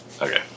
Okay